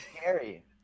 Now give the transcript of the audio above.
scary